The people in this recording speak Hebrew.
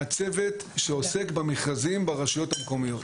הצוות שעוסק במכרזים ברשויות מקומיות.